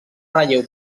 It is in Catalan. relleu